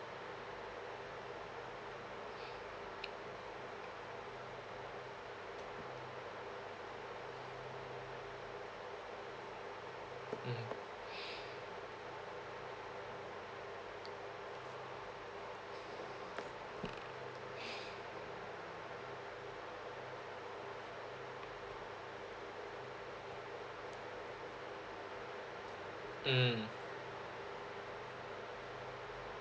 mm mm